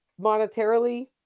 monetarily